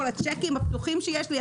גם כל הצ'קים הפתוחים שיש לי,